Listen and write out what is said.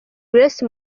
grace